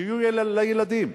שיהיה לילדים.